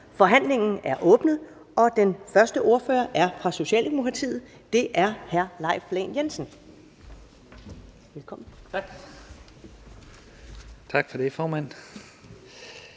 Forhandlingen er åbnet. Den første ordfører er fra Socialdemokratiet. Det er hr. Leif Lahn Jensen. Velkommen. Kl. 14:51 (Ordfører)